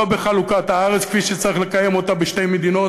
לא בחלוקת הארץ כפי שצריך לקיים אותה בשתי מדינות,